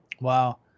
Wow